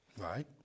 Right